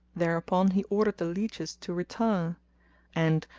thereupon he ordered the lieges to retire and,